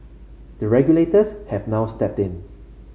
the regulators have now stepped in